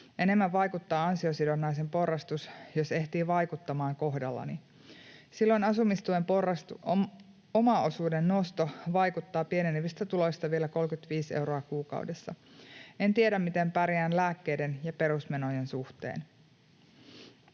Enemmän vaikuttaa ansiosidonnaisen porrastus, jos ehtii vaikuttamaan kohdallani. Silloin asumistuen omaosuuden nosto vaikuttaa pienenevistä tuloista vielä 35 euroa kuukaudessa. En tiedä, miten pärjään lääkkeiden ja perusmenojen suhteen.”